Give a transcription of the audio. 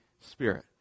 Spirit